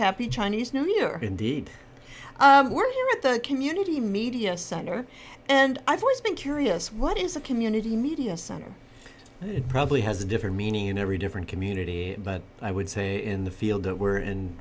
happy chinese new year indeed we're here at the community media center and i've always been curious what is a community media center it probably has a different meaning in every different community but i would say in the field that we're in